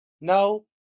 No